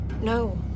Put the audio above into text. No